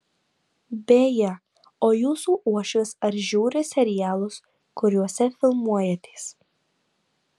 beje o jūsų uošvis ar žiūri serialus kuriose filmuojatės